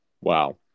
Wow